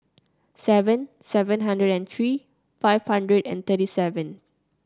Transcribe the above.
seven seven hundred and three five hundred and thirty seven